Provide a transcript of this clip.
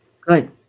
good